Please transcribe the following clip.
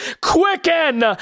quicken